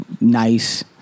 nice